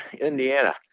Indiana